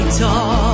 talk